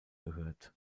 gehört